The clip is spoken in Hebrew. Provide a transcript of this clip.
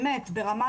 ברמה